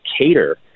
cater